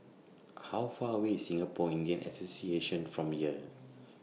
How Far away IS Singapore Indian Association from here